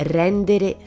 rendere